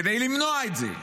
כדי למנוע את זה,